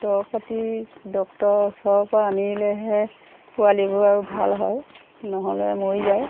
দৰব পাতি ডক্তৰৰ ওচৰৰপৰা আনিলেহে পোৱালিবোৰ আৰু ভাল হয় নহ'লে মৰি যায়